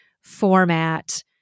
format